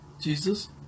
Jesus